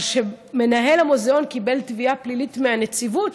אבל מנהל המוזיאון קיבל תביעה פלילית מהנציבות,